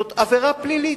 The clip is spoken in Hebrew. זאת עבירה פלילית.